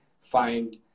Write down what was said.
find